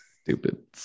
Stupid